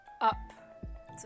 up